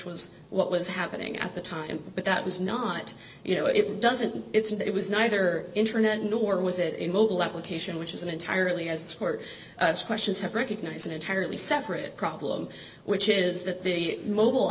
was what was happening at the time but that was not you know it doesn't it's and it was neither internet nor was it in mobile application which is an entirely as sport questions have recognized an entirely separate problem which is that the mobile